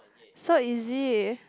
so easy